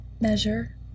measure